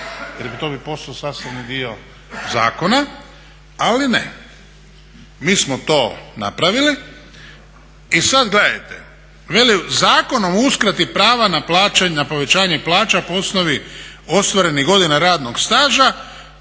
jer to bi postao sastavni dio zakona, ali ne, mi smo to napravili. I sad gledajte, veli Zakonom o uskrati prava na povećanje plaća po osnovi ostvarenih godina radnog staža